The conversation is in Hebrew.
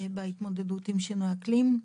להתמודדות עם שינויי האקלים.